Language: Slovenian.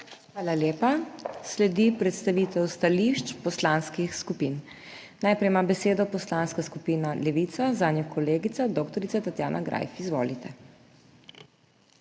Hvala lepa. Sledi predstavitev stališč poslanskih skupin. Najprej ima besedo Poslanska skupina Levica, zanjo kolegica dr. Tatjana Greif. Izvolite.